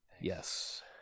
Yes